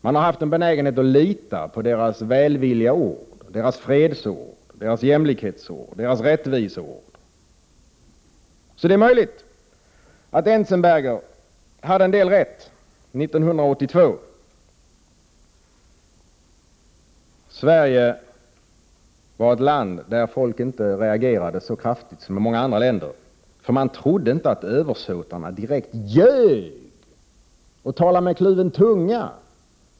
Man har haft en benägenhet att lita på deras välvilliga ord, deras fredsord, deras jämlikhetsord och deras rättviseord. Så det är möjligt att Hans Magnus Enzensberger hade rätt 1982. Sverige var ett land där folk inte reagerade så kraftigt som i många andra länder, för man trodde inte att översåtarna direkt ljög och talade med kluven tunga.